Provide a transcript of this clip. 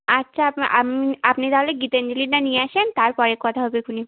আচ্ছা আপনি তাহলে গীতাঞ্জলিটা নিয়ে আসেন তারপরে কথা হবে খুনি